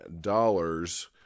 dollars